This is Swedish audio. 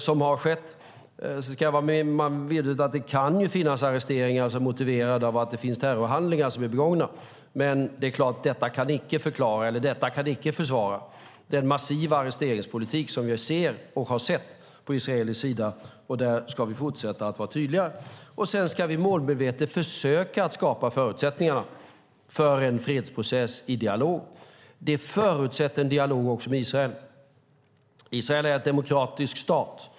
Sedan ska man vara medveten om att det kan finnas arresteringar som är motiverade av terrorhandlingar som är begångna. Men detta kan icke förklara eller försvara den massiva arresteringspolitik som vi ser och har sett på israelisk sida. Där ska vi fortsätta att vara tydliga. Vi ska målmedvetet försöka skapa förutsättningarna för en fredsprocess i dialog. Det förutsätter en dialog också med Israel. Israel är en demokratisk stat.